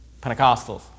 pentecostals